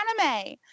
anime